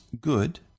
good